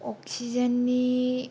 अक्सिजेननि